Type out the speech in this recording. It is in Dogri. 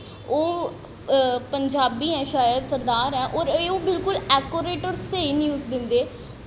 ओह् पंजाबी न शायद सरदार न ओह् बिल्कुल ऐकोरेट होर स्हेई न्यूज़ दिंदे